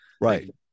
right